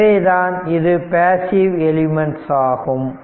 எனவேதான் இது passive elements ஆகும்